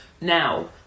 Now